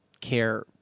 care